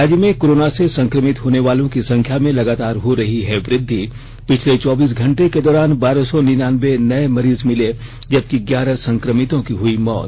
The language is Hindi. राज्य में कोरोना से संक्रमित होने वालों की संख्या में लगातार हो रही है वृद्धि पिछले चौबीस घंटे के दौरान बारह सौ निन्यानवें नए मरीज मिले जबकि ग्यारह संक्रमितों की हुई मौत